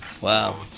Wow